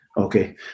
Okay